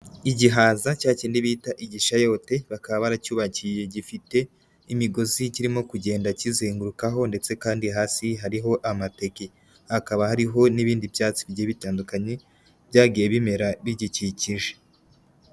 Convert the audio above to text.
Igihaza cya kindi bita igishayote, bakaba baracyubakiye, gifite imigozi kirimo kugenda kizengurukaho ndetse kandi hasi hariho amateke. Hakaba hariho n'ibindi byatsi bigiye bitandukanye, byagiye bimera bigikikije.